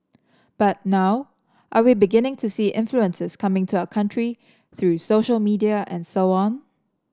but now are we beginning to see influences coming to our country through social media and so on